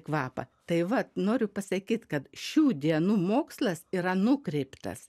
kvapą tai vat noriu pasakyt kad šių dienų mokslas yra nukreiptas